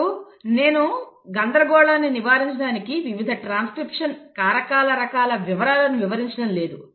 ఇప్పుడు గందరగోళాన్ని నివారించడానికి నేను వివిధ ట్రాన్స్క్రిప్షన్ కారకాల రకాల వివరాలను వివరించటం లేదు